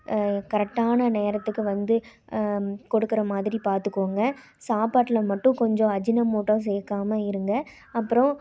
கரெட்டான நேரத்துக்கு வந்து கொடுக்கிற மாதிரி பாத்துக்கங்க சாப்பாட்டில் மட்டும் கொஞ்சம் அஜினமோட்டோ சேக்காமல் இருங்கள் அப்றம்